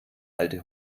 alte